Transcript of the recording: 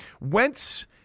Wentz